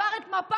עבר את מפא"י,